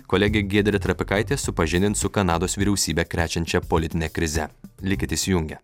kolegė giedrė trapikaitė supažindins su kanados vyriausybe krečiančia politine krize likite įsijungę